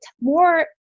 more